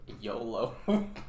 Yolo